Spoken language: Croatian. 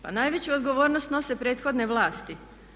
Pa najveću odgovornost snose prethodne vlasti.